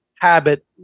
habit